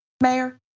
Mayor